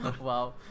Wow